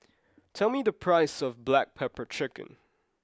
tell me the price of black pepper chicken